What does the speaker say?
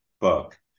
book